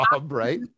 right